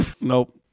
Nope